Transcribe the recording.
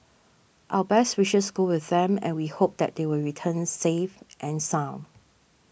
our best wishes go with them and we hope that they will return safe and sound